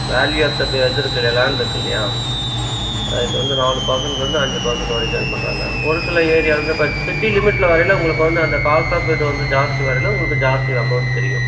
value of the pay இது இருக்குல்லையா லேண்ட்ருக்குல்லையா இது வந்து நாலு பேர்சன்ட்லேந்து அஞ்சு பேர்சன்ட் வரைக்கும் இது பண்ணுறாங்க ஒரு சில ஏரியாவில வந்து பர் சிட்டி லிமிட்டில வகையில் உங்களுக்கு வந்து அந்த காஸ்ட் ஆஃப் இது வந்து ஜாஸ்தி வரையில் உங்களுக்கு ஜாஸ்தி அமௌண்ட் தெரியும்